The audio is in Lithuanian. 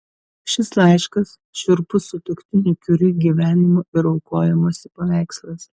šis laiškas šiurpus sutuoktinių kiuri gyvenimo ir aukojimosi paveikslas